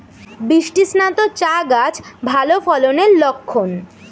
বৃষ্টিস্নাত চা গাছ ভালো ফলনের লক্ষন